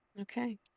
Okay